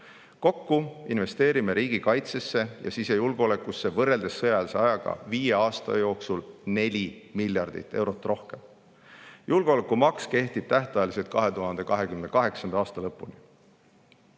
Kokku investeerime riigikaitsesse ja sisejulgeolekusse võrreldes sõjaeelse ajaga viie aasta jooksul 4 miljardit eurot rohkem. Julgeolekumaks kehtib tähtajaliselt, 2028. aasta lõpuni. Riik